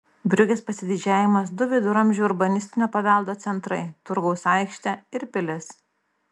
briugės pasididžiavimas du viduramžių urbanistinio paveldo centrai turgaus aikštė ir pilis